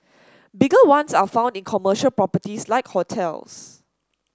bigger ones are found in commercial properties like hotels